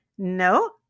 No